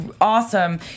awesome